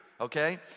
Okay